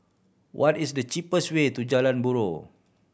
what is the cheapest way to Jalan Buroh